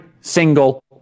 single